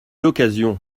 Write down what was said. l’occasion